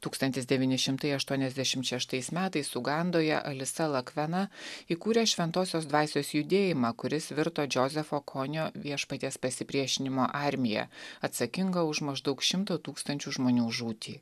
tūkstantis devyni šimtai aštuoniasdešimt šeštais metais ugandoje alisa lakvena įkūrė šventosios dvasios judėjimą kuris virto džozefo konio viešpaties pasipriešinimo armija atsakinga už maždaug šimto tūkstančių žmonių žūtį